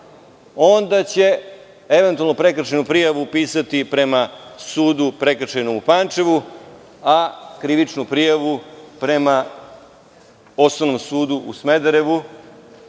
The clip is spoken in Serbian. onda će eventualno prekršajnu prijavu pisati prema Prekršajnom sudu u Pančevu, a krivičnu prijavu prema Osnovnom sudu u Smederevu